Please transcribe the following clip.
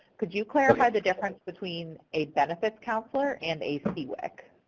could you clarify the difference between a benefits counselor and a cwic?